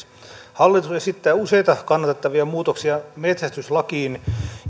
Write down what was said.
hallitus esittää useita kannatettavia muutoksia metsästyslakiin